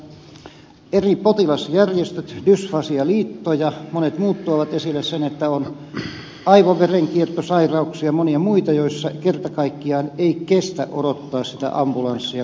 meille muun muassa eri potilasjärjestöt dysfasialiitto ja monet muut tuovat esille sen että on aivoverenkiertosairauksia ja monia muita joissa kerta kaikkiaan ei kestä odottaa sitä ambulanssia kohtuuttoman kauan